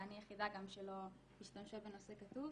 ואני היחידה גם שלא השתמשה בנושא כתוב